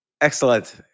Excellent